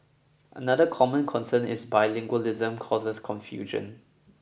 another common concern is bilingualism causes confusion